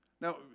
Now